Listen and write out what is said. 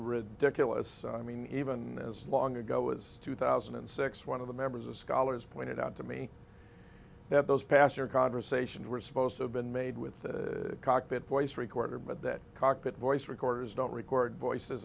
ridiculous i mean even as long ago as two thousand and six one of the members of scholars pointed out to me that those passer conversations were supposed to have been made with the cockpit voice recorder but that cockpit voice recorders don't record voices